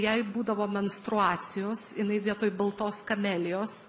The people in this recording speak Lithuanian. jai būdavo menstruacijos jinai vietoj baltos kamelijos